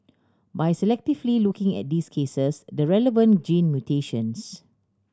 by selectively looking at these cases the relevant gene mutations